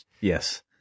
yes